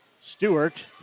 Stewart